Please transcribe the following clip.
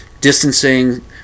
distancing